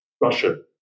Russia